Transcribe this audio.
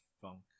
funk